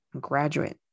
graduate